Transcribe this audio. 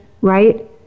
right